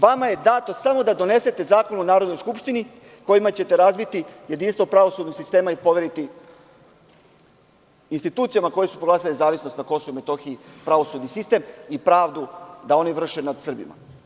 Vama je dato samo da donesete zakon u Narodnoj skupštini kojima ćete razbiti jedinstvo pravosudnog sistema i poveriti institucijama koje su proglasile nezavisnost Kosova i Metohije, pravosudni sistem i pravdu da oni vrše nad Srbima.